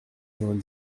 vingt